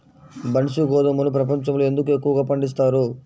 బన్సీ గోధుమను ప్రపంచంలో ఎందుకు ఎక్కువగా పండిస్తారు?